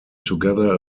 together